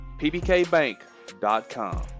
pbkbank.com